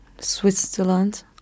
Switzerland